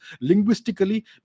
linguistically